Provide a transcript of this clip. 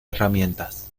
herramientas